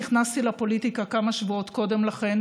נכנסתי לפוליטיקה כמה שבועות קודם לכן,